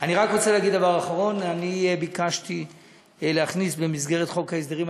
אני רק רוצה להגיד דבר אחרון: ביקשתי להכניס במסגרת חוק ההסדרים,